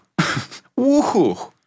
woohoo